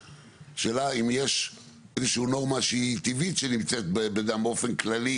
השאלה אם יש איזו שהיא נורמה שהיא טבעית שהיא נמצאת בדם באופן כללי